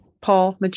Paul